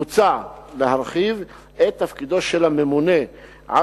מוצע להרחיב את תפקידו של הממונה על